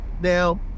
Now